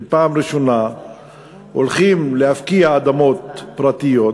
כשפעם ראשונה הולכים להפקיע אדמות פרטיות.